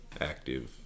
active